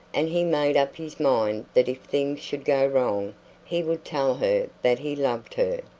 and he made up his mind that if things should go wrong he would tell her that he loved her.